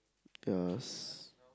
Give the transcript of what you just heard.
does